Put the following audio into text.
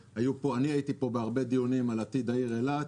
אני הייתי פה בהרבה דיונים על עתיד העיר אילת.